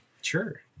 Sure